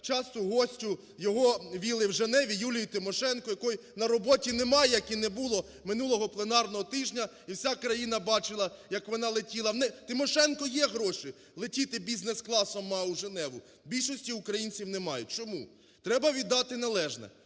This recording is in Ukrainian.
часту гостю його вілли в Женеві Юлії Тимошенко, якої на роботі немає як і не було минулого пленарного тижня і вся країна бачила як вона летіла. В Тимошенко є гроші летіти бізнес класом МАУ в Женеву, в більшості українців немає. Чому? Треба віддати належне,